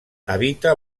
habita